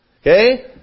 Okay